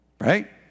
Right